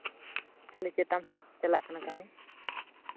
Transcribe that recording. ᱠᱷᱟᱹᱞᱤ ᱪᱮᱛᱟᱱ ᱥᱮᱫ ᱪᱟᱞᱟᱜ ᱠᱟᱱᱟ ᱠᱟᱹᱢᱤ